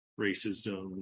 racism